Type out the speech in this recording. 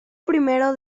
primero